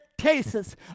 cases